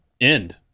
end